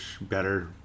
better